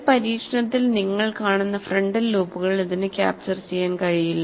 ഒരു പരീക്ഷണത്തിൽ നിങ്ങൾ കാണുന്ന ഫ്രന്റൽ ലൂപ്പുകൾ ഇതിന് ക്യാപ്ചർ ചെയ്യാൻ കഴിയില്ല